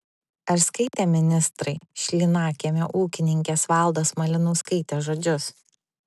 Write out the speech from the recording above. ar skaitė ministrai šlynakiemio ūkininkės valdos malinauskaitės žodžius